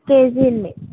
KG అండి